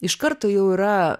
iš karto jau yra